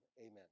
amen